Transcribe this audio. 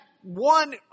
one